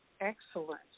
Excellent